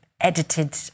edited